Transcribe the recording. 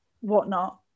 whatnot